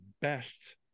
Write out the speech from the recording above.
best